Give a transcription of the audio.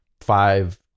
five